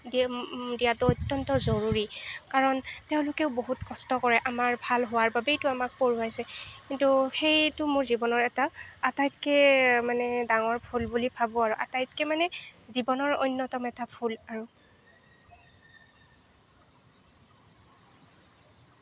দিয়া দিয়াতো অত্যন্ত জৰুৰী কাৰণ তেওঁলোকেও বহুত কষ্ট কৰে আমাৰ ভাল হোৱাৰ বাবেইতো আমাক পঢ়োৱাইছে কিন্তু সেইটো মোৰ জীৱনৰ এটা আটাইতকৈ মানে ডাঙৰ ভুল বুলি ভাবোঁ আৰু আটাইতকৈ মানে জীৱনৰ অন্যতম এটা ভুল আৰু